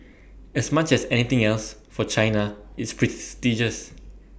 as much as anything else for China it's prestigious